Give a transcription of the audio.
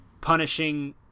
punishing